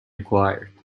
required